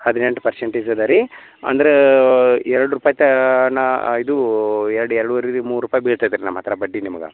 ಹದಿನೆಂಟು ಪರ್ಸೆಂಟ್ ಇದೆ ರೀ ಅಂದ್ರೆ ಎರಡು ರೂಪಾಯಿ ತನಕ ಇದು ಎರಡು ಎರಡುವರೆ ರೀ ಮೂರು ರೂಪಾಯಿ ಬೀಳ್ತೈತೆ ರೀ ನಮ್ಮ ಹತ್ತಿರ ಬಡ್ಡಿ ನಿಮಗೆ